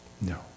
No